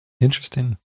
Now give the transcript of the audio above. Interesting